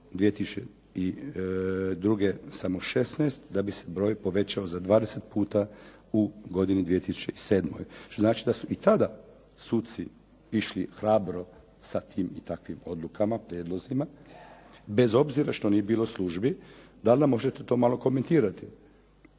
2002. samo 16, da bi se broj povećao za 20 puta u godini 2007., što znači da su i tada suci išli hrabro sa tim i takvim odlukama, prijedlozima, bez obzira što nije bilo službi. Da li nam možete to malo komentirati